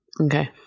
Okay